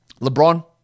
LeBron